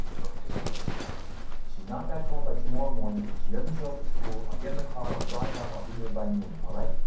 look, just keep me in the loop. if she's not back home by tomorrow morning and she doesn't show up at school, i'll get in the car, i'll drive up. i'll be there by noon, all right?